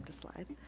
slide.